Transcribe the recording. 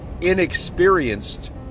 inexperienced